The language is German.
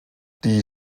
die